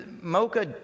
Mocha